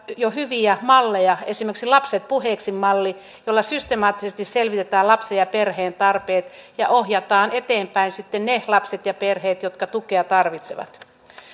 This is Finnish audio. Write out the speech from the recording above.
jo käytössä hyviä malleja esimerkiksi lapset puheeksi malli jolla systemaattisesti selvitetään lapsen ja perheen tarpeet ja ohjataan eteenpäin sitten ne lapset ja perheet jotka tukea tarvitsevat